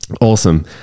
awesome